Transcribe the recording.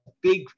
big